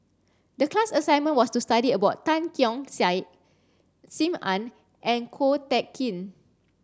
the class assignment was to study about Tan Keong Saik Sim Ann and Ko Teck Kin